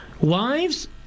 Wives